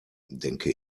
denke